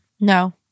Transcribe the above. No